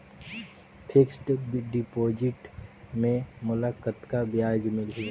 Fixed deposit मे मोला कतका ब्याज मिलही?